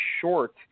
short